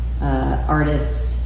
artists